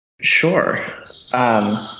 Sure